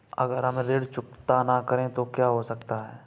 अगर हम ऋण चुकता न करें तो क्या हो सकता है?